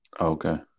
Okay